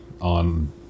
on